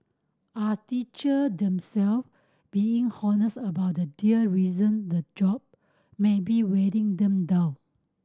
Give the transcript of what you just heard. are teacher them self being honest about dear reason the job might be wearing them down